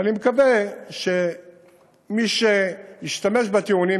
ואני מקווה שמי שהשתמש בטיעונים,